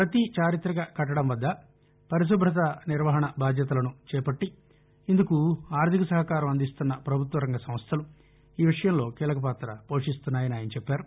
పతి చార్మితక కట్టడం వద్ద పరిశుభ్రత నిర్వహణ బాధ్యతలను చేపట్టి ఇందుకు ఆర్దిక సహకారం అందిస్తున్న ప్రభుత్వ రంగ సంస్దలు ఈ విషయంలో కీలక పాత పోషిస్తున్నాయని ఆయన చెప్పారు